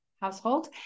household